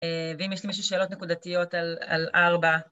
ואם יש למישהו שאלות נקודתיות על ארבע